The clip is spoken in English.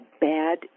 bad